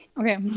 Okay